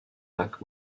lac